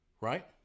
right